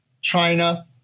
China